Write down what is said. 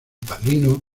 padrino